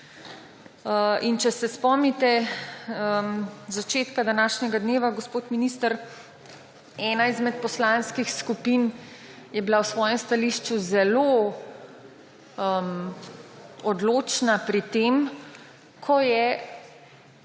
Če se spomnite začetka današnjega dneva, gospod minister, je bila ena izmed poslanskih skupin v svojem stališču zelo odločna pri tem, ko je